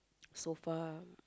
so far